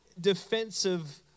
defensive